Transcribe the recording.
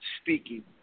speaking